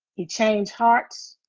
he changed hearts,